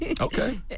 Okay